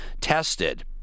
tested